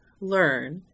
learn